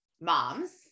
moms